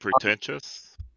pretentious